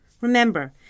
Remember